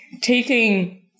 taking